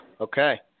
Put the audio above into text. okay